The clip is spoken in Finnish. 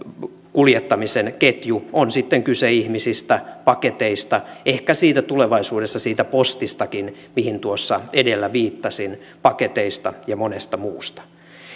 kuljettamisen ketju on sitten kyse ihmisistä paketeista ehkä tulevaisuudessa siitä postistakin mihin tuossa edellä viittasin ja monesta muusta